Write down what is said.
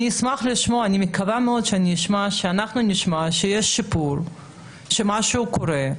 ואני מקווה מאוד שנשמע שיש שיפור ושמשהו קורה.